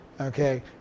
okay